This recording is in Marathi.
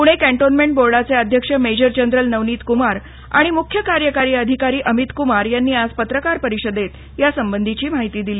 पुणे कॅन्टोन्मेंट बोर्डाचे अध्यक्ष मेजर जनरल नवनीत क्मार आणि मुख्य कार्यकारी अधिकारी अमितक्मार यांनी आज पत्रकार परिषदेत यासंबंधीची माहिती दिली